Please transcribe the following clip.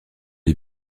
les